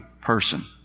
person